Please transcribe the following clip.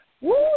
Woo